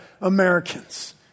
Americans